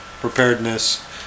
preparedness